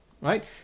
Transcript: right